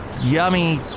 yummy